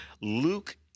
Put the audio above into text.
Luke